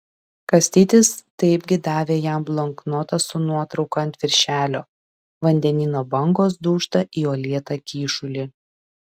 kastytis taipgi davė jam bloknotą su nuotrauka ant viršelio vandenyno bangos dūžta į uolėtą kyšulį